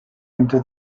into